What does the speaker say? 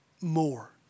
more